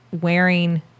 wearing